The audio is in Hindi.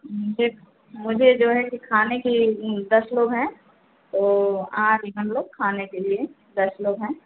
मुझे मुझे जो हैं कि खाने की दस लोग हैं तो आ रहे हैं हम लोग खाने के लिए दस लोग हैं